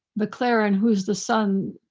the clara, and who's the son,